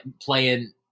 playing